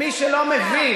למה נזכרתם